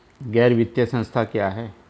गैर वित्तीय संस्था क्या है?